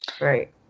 right